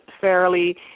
fairly